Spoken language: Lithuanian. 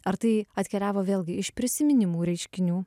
ar tai atkeliavo vėlgi iš prisiminimų reiškinių